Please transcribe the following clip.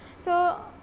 so,